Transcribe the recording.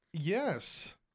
yes